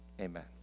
Amen